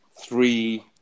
three